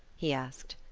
he asked.